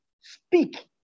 speak